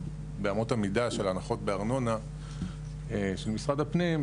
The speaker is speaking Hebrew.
באמות המידה של הנחות בארנונה של משרד הפנים,